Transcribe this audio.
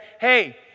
hey